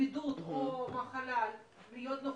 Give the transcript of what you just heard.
בידוד או מחלה להיות נוכחים,